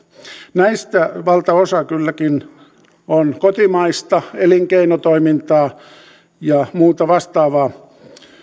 näistä valtaosa kylläkin on kotimaista elinkeinotoimintaa ja muuta vastaavaa